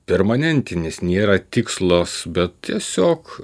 permanentinis nėra tikslas bet tiesiog